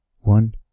one